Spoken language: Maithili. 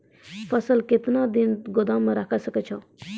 फसल केतना दिन गोदाम मे राखै सकै छौ?